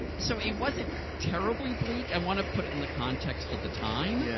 so it wasn't terribly bleak, i want to put it in the context of the time, yeah